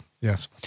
Yes